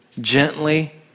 gently